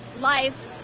life